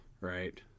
right